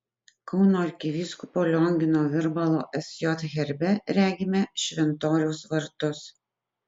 kauno arkivyskupo liongino virbalo sj herbe regime šventoriaus vartus